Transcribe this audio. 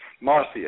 Marcia